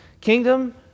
kingdom